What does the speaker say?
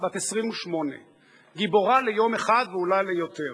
28. גיבורה ליום אחד ואולי ליותר.